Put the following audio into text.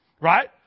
Right